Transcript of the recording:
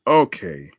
okay